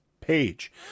page